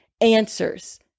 answers